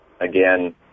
again